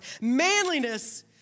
Manliness